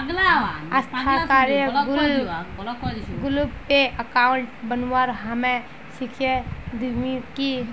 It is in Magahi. सार्थकक गूगलपे अकाउंट बनव्वा हामी सीखइ दीमकु